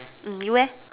mm you eh